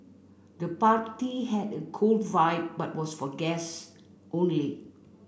the party had a cool vibe but was for guests only